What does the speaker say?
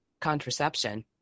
contraception